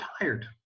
tired